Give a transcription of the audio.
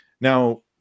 Now